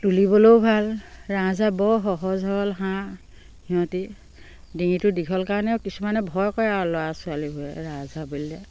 তুলিবলৈও ভাল ৰাজহাঁহ বৰ সহজ সৰল হাঁহ সিহঁতি ডিঙিটো দীঘল কাৰণে আৰু কিছুমানে ভয় কৰে আৰু ল'ৰা ছোৱালীবোৰে ৰাজহাঁহ বুলিলে